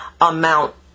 amount